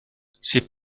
ces